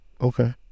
Okay